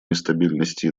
нестабильности